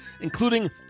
including